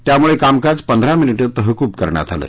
त्यामुळे कामकाज पंधरा मिनीटं तहकूब करण्यात आलं